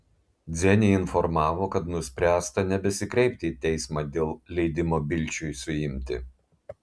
dzenį informavo kad nuspręsta nebesikreipti į teismą dėl leidimo bilčiui suimti